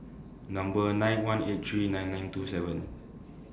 Number nine one eight three nine nine two seven